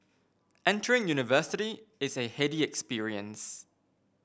entering university is a heady experience